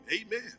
Amen